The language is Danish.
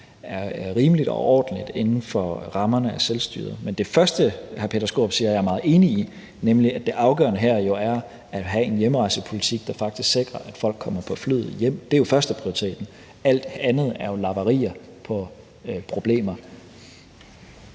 er rimeligt og ordentligt inden for rammerne af selvstyret. Men det første, hr. Peter Skaarup siger, er jeg meget enig i, nemlig at det afgørende her jo er at have en hjemrejsepolitik, der faktisk sikrer, at folk kommer på flyet hjem. Det er jo førsteprioriteten, alt andet er jo lapperier på problemer.